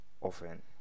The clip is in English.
often